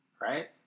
right